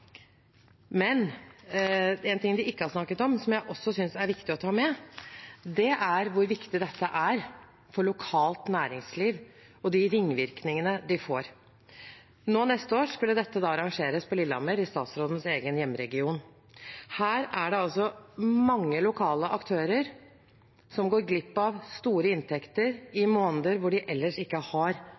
Men noe de ikke har snakket om, og som jeg også synes er viktig å ta med, er hvor viktig dette er for lokalt næringsliv, og de ringvirkningene de får. Neste år skulle dette arrangeres på Lillehammer, i statsrådens egen hjemregion. Her er det mange lokale aktører som går glipp av store inntekter, i måneder hvor de ellers ikke har